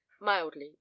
mildly